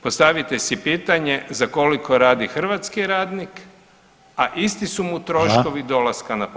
Postavite si pitanje za koliko radi hrvatski radnik, a isti su mu troškovi dolaska na posao.